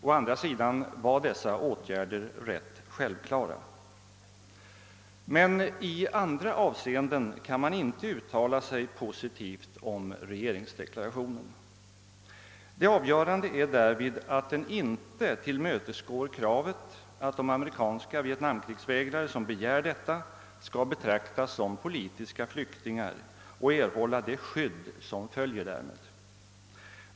Å andra sidan var dessa åtgärder ganska självklara. I andra avseenden kan man däremot inte uttala sig positivt om regeringsdeklarationen. Det avgörande är därvid att den inte tillmötesgår kravet att de amerikanska vietnamkrigsvägrare som så begär skall betraktas som politiska flyktingar och erhålla det skydd som följer därmed.